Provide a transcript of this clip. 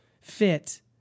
fit